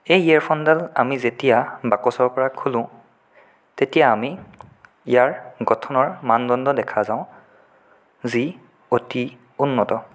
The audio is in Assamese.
সেই ইয়েৰফোনডাল আমি যেতিয়া বাকচৰ পৰা খোলো তেতিয়া আমি ইয়াৰ গঠনৰ মানদণ্ড দেখা যাওঁ যি অতি উন্নত